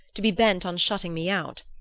to be bent on shutting me out.